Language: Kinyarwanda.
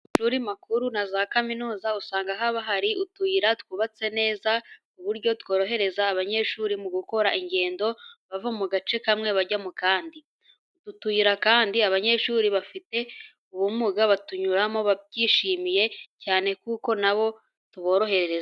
Mu mashuri makuru na za kaminuza usanga haba hari utuyira twubatse neza, ku buryo tworohereza abanyeshuri mu gukora ingendo bava mu gace kamwe bajya mu kandi. Utu tuyira kandi abanyeshuri bafite ubumuga batunyuramo babyishimiye cyane kuko na bo turaborohereza.